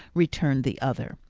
returned the other.